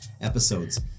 episodes